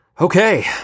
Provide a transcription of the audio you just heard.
Okay